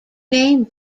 name